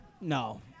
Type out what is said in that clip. No